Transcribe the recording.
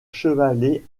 chevalet